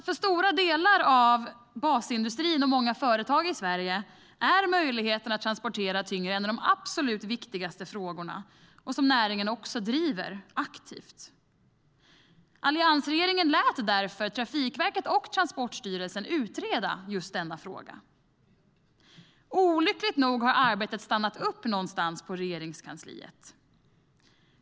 För stora delar av basindustrin och många företag i Sverige är möjligheten att transportera tyngre en av de absolut viktigaste frågorna. Det är något som näringen också driver aktivt. Alliansregeringen lät därför Trafikverket och Transportstyrelsen utreda just denna fråga. Olyckligt nog har arbetet stannat upp någonstans på Regeringskansliet.